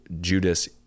Judas